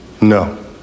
No